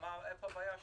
איפה הבעיה שלך?